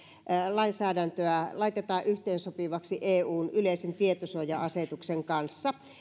laitetaan yhteensopivaksi eun yleisen tietosuoja asetuksen kanssa